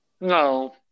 No